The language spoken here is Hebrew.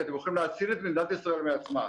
אתם הולכים להציל את מדינת ישראל מעצמה.